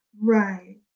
Right